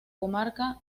comarca